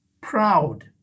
proud